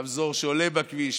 רמזור שעולה בכביש,